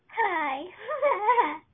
Hi